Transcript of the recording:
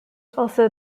also